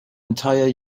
entire